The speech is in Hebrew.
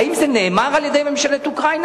האם זה נאמר על-ידי ממשלת אוקראינה,